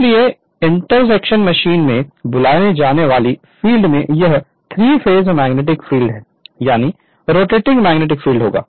लेकिन interaction machine में बुलाए जाने वाले फील्ड में यह थ्री फेस मैग्नेटिक फील्ड यानी रोटेटिंग मैग्नेटिक फील्ड होगा